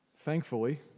Thankfully